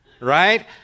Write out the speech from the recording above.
right